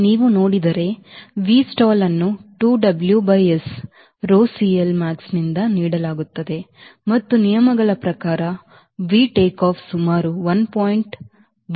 ನೀವು ನೋಡಿದರೆ Vstall ಅನ್ನು 2 W by S rho CLmax ನಿಂದ ನೀಡಲಾಗುತ್ತದೆ ಮತ್ತು ನಿಯಮಗಳ ಪ್ರಕಾರ V ಟೇಕ್ ಆಫ್ ಸುಮಾರು 1